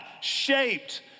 shaped